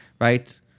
right